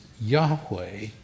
Yahweh